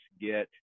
get